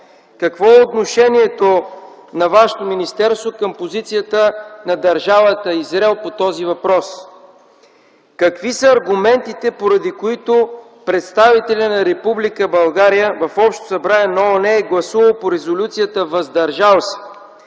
Какво е отношението на вашето министерство към позицията на Държавата Израел по този въпрос? Какви са аргументите, поради които представителят на Република България в Общото събрание на ООН е гласувал по резолюцията „въздържал се”?